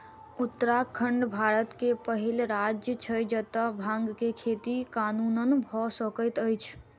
उत्तराखंड भारत के पहिल राज्य छै जतअ भांग के खेती कानूनन भअ सकैत अछि